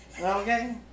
Okay